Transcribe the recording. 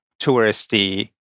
touristy